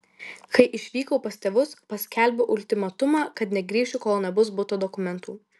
kai išvykau pas tėvus paskelbiau ultimatumą kad negrįšiu kol nebus buto dokumentų